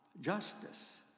justice